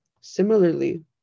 Similarly